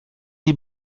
die